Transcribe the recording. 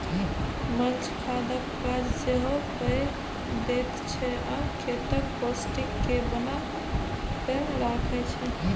mulch खादक काज सेहो कए दैत छै आ खेतक पौष्टिक केँ बना कय राखय छै